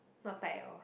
not tight at all